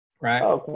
right